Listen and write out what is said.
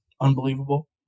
unbelievable